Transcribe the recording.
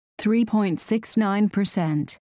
3.69%